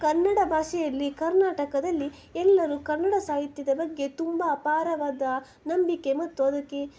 ಕನ್ನಡ ಭಾಷೆಯಲ್ಲಿ ಕರ್ನಾಟಕದಲ್ಲಿ ಎಲ್ಲರೂ ಕನ್ನಡ ಸಾಹಿತ್ಯದ ಬಗ್ಗೆ ತುಂಬ ಅಪಾರವಾದ ನಂಬಿಕೆ ಮತ್ತು ಅದಕ್ಕೆ